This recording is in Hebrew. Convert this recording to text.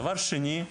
דבר שני,